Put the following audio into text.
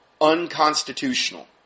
unconstitutional